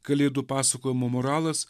kalėdų pasakojimo moralas